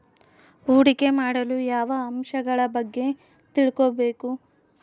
ಹೂಡಿಕೆ ಮಾಡಲು ಯಾವ ಅಂಶಗಳ ಬಗ್ಗೆ ತಿಳ್ಕೊಬೇಕು?